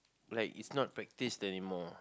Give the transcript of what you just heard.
like it's not practiced anymore